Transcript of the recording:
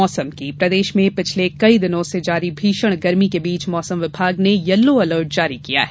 मौसम मध्यप्रदेश में पिछले कई दिन से जारी भीषण गर्मी के बीच मौसम विभाग ने यलो अलर्ट जारी किया है